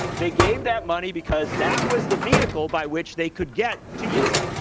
they gave that money because that was the vehicle by which they could get to you.